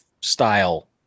style